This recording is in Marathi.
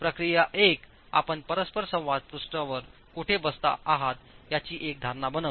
प्रक्रिया 1 आपण परस्परसंवाद पृष्ठावर कुठे बसता आहात याची एक धारणा बनवते